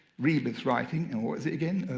rebus writing. and what is it again?